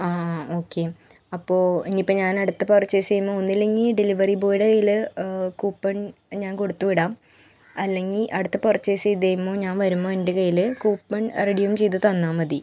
okay അപ്പോൾ ഇനിപ്പം ഞാനടുത്ത പർച്ചേസ് ചെയ്യുമ്പോൾ ഒന്നല്ലെങ്കിൽ ഡെലിവറി ബോയിയുടെ കയിൽ കൂപ്പൺ ഞാൻ കൊടുത്ത് വിടാം അല്ലെങ്കിൽ അടുത്ത പർച്ചേസ് ചെയ്തു കഴിയുമ്പോൾ ഞാൻ വരുമ്പോൾ എൻ്റെ കയ്യില് കൂപ്പൺ റെഡീം ചെയ്തു തന്നാൽ മതി